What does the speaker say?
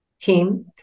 team